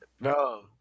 no